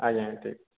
ଆଜ୍ଞା ଠିକ୍